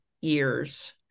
years